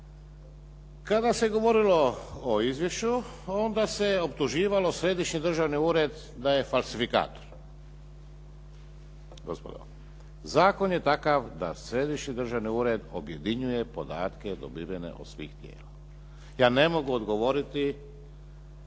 Kada se govorilo o izvješću onda se optuživalo Središnji državni ured da je falsifikator. Gospodo, zakon je takav da Središnji državni ured objedinjuje podatke dobivene od svih tijela. Ja ne mogu odgovoriti